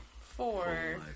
Four